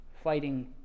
fighting